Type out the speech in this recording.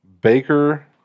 Baker